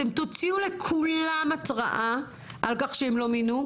אתם תוציאו לכולם התראה על כך שהם לא מינו,